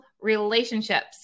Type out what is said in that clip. relationships